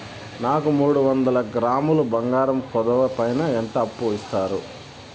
నాకు మూడు వందల గ్రాములు బంగారం కుదువు పైన ఎంత అప్పు ఇస్తారు?